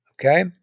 okay